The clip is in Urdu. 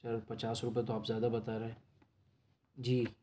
سر پچاس روپئے تو آپ زیادہ بتا رہے جی